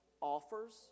offers